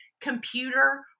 computer